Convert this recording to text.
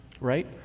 right